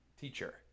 teacher